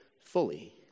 fully